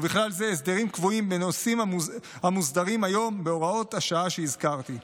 ובכלל זה הסדרים קבועים בנושאים המוסדרים היום בהוראות השעה שהזכרתי.